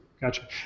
gotcha